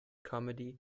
comedy